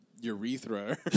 urethra